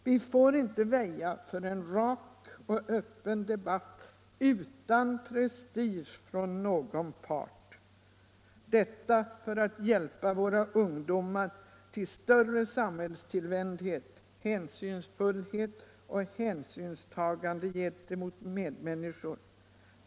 Vi får inte väja för en rak och öppen debatt utan prestige från någon part — detta för att hjälpa våra ungdomar till större samhällstillvändhet, hänsynsfullhet och hänsynstagande gentemot medmänniskor.